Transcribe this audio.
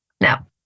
Now